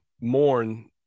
mourn